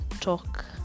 talk